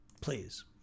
Please